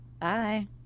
Bye